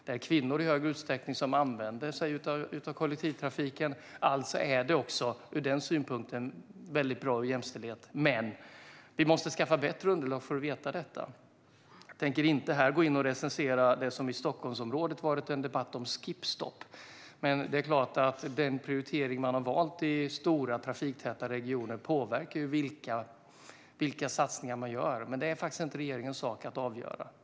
Det är i högre utsträckning kvinnor som använder sig av kollektivtrafik och alltså är det, ur den synpunkten, bra för jämställdheten, men vi måste skaffa bättre underlag för att veta detta. Jag tänker inte här recensera debatten i Stockholmsområdet om skip stop. Men det är klart att den prioritering man har valt i stora trafiktäta regioner påverkar vilka satsningar man gör. Men det är inte regeringens sak att avgöra.